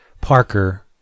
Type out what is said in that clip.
parker